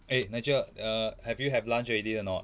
eh nigel err have you have lunch already or not